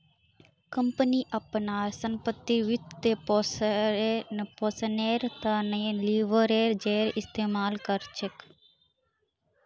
company अपनार संपत्तिर वित्तपोषनेर त न लीवरेजेर इस्तमाल कर छेक